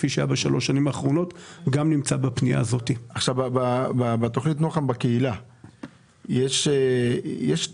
התכנית לטיפול קהילתי באנשים עם מוגבלויות.